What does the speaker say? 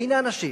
והנה, אנשים